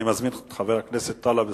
אני מזמין את חבר הכנסת טלב אלסאנע,